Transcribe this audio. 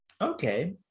okay